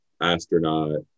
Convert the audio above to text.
astronaut